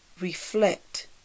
reflect